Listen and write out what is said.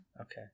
okay